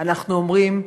אנחנו אומרים: